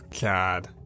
God